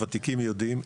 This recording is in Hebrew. הוותיקים יודעים,